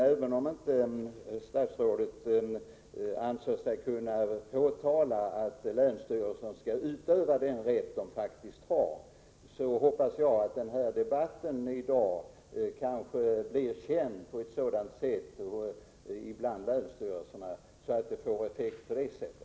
Även om statsrådet inte anser sig kunna föreskriva att länsstyrelserna skall utöva den rätt de faktiskt har, hoppas jag att de tar del av den debatt som vi haft i dag och att det ger någon effekt.